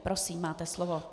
Prosím, máte slovo.